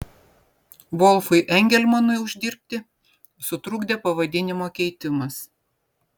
volfui engelmanui uždirbti sutrukdė pavadinimo keitimas